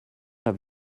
have